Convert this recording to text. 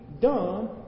done